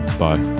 bye